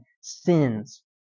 sins